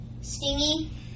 Stingy